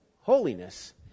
holiness